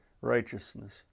righteousness